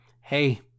hey